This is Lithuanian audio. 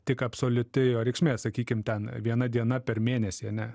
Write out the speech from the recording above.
tik absoliuti jo reikšmė sakykim ten viena diena per mėnesį ane